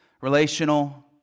relational